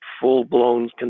full-blown